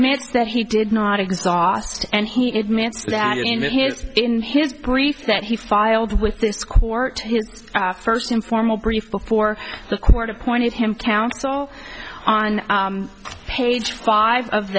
admits that he did not exhaust and he admits that in his in his brief that he filed with this court his first informal brief before the court appointed him townsell on page five of